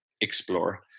explore